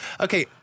Okay